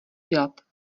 dělat